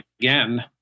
again